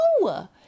No